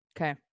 Okay